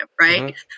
right